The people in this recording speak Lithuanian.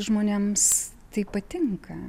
žmonėms tai patinka